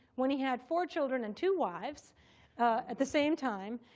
when he had four children and two wives at the same time.